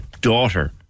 daughter